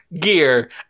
gear